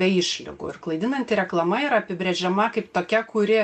be išlygų ir klaidinanti reklama yra apibrėžiama kaip tokia kuri